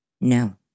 No